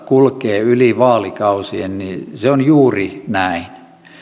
kulkee yli vaalikausien se on juuri näin